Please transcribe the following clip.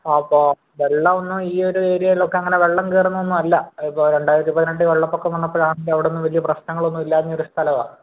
അപ്പോൾ വെള്ളമൊന്നും ഈ ഒരു ഏരിയയിലോട്ടങ്ങനെ വെള്ളം കയറുന്നതൊന്നും അല്ല അതിപ്പോൾ രണ്ടായിരത്തി പതിനെട്ടിൽ വെള്ളപ്പൊക്കം വന്നപ്പോൾ അവിടെ ഒന്നും വലിയ പ്രശ്നങ്ങളൊന്നും ഇല്ലാതിരുന്ന ഒരു സ്ഥലവാണ്